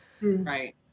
Right